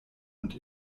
und